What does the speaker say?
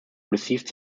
received